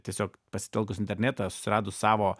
tiesiog pasitelkus internetą susiradus savo